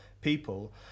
people